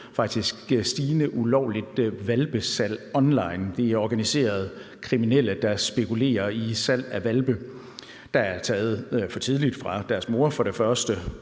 faktisk også stigende ulovligt hvalpesalg online. Det er organiserede kriminelle, der spekulerer i salg af hvalpe, der for det første er taget for tidligt fra deres mor, men som for det